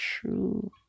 true